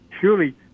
surely